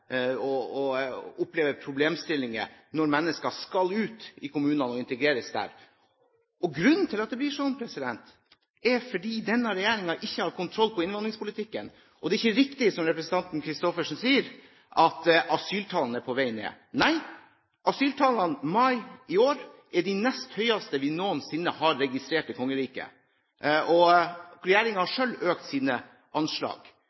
og integreres der. Grunnen til at det blir slik, er at denne regjeringen ikke har kontroll på innvandringspolitikken. Det er ikke riktig som representanten Christoffersen sier, at asyltallene er på vei ned. Nei, asyltallene for mai i år er de nest høyeste vi noensinne har registrert i kongeriket. Regjeringen har selv økt sine anslag.